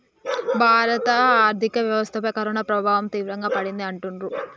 భారత ఆర్థిక వ్యవస్థపై కరోనా ప్రభావం తీవ్రంగా పడింది అంటుండ్రు